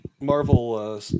Marvel